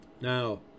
Now